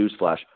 newsflash